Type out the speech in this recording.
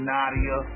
Nadia